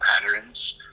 patterns